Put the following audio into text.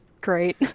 Great